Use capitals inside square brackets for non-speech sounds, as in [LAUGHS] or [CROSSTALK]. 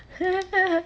[LAUGHS]